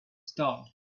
star